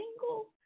single